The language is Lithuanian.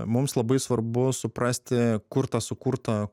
mums labai svarbu suprasti kur tą sukurtą